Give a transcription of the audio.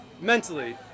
Mentally